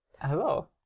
hello